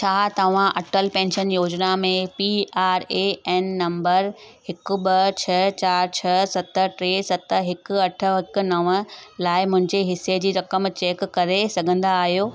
छा तव्हां अटल पेंशन योजना में P R A N number हिकु ॿ छह चार छह सत टे सत हिकु अठ हिक नव लाइ मुंहिंजे हिसे जी रक़म चेक करे सघंदा आहियो